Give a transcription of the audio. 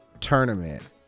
tournament